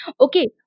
okay